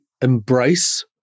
embrace